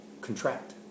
contract